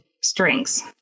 strings